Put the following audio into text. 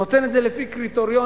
נותן את זה לפי קריטריונים.